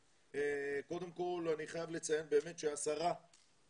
זה מספיק חשוב--- אנחנו נעשה את